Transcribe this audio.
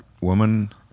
woman